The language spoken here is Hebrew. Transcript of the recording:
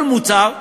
כל מוצר,